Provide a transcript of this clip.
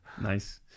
Nice